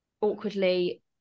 awkwardly